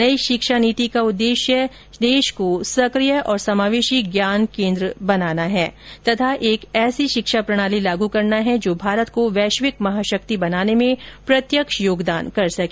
नई शिक्षा नीति का उद्देश्य देश को सकिय और समावेशी ज्ञान केन्द्र बनाना है तथा एक ऐसी शिक्षा प्रणाली लागू करना है जो भारत को वैश्विक महाशक्ति बनाने में प्रत्यक्ष योगदान कर सके